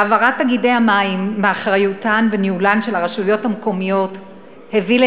העברת תאגידי המים מאחריותן וניהולן של הרשויות המקומיות הביאה,